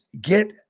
get